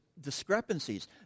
discrepancies